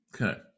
Okay